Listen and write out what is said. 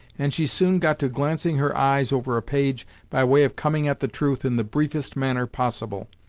and she soon got to glancing her eyes over a page by way of coming at the truth in the briefest manner possible.